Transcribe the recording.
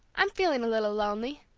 i'm feeling a little lonely,